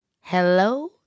Hello